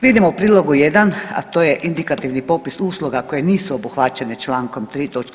Vidimo u prilogu 1, a to je indikativni popis usluga koje nisu obuhvaćene čl. 3 toč.